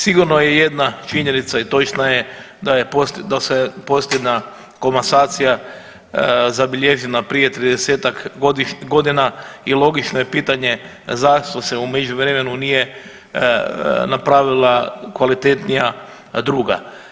Sigurno je jedna činjenica i točna je da se posljednja komasacija zabilježena prije tridesetak godina i logično je pitanje zašto se u međuvremenu nije napravila kvalitetnija druga.